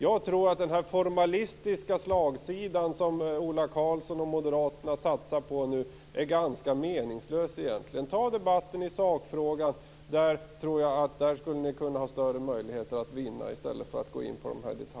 Jag tror att den formalistiska slagsidan som Ola Karlsson och Moderaterna satsar på är ganska meningslös. Ta debatten i sakfrågan i stället för att gå in på detaljerna. Där har ni större möjligheter att vinna.